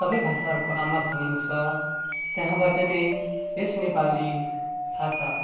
सबै भाषाहरूको आमा भनिन्छ त्यहाँबाट नै यस नेपाली भाषा